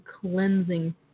cleansing